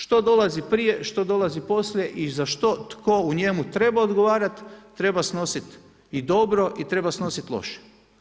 Što dolazi prije, što dolazi poslije i za što tko u njemu treba odgovarati, treba snositi i dobro i treba snositi loše.